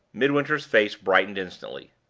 midwinter's face brightened instantly.